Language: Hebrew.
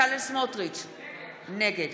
נגד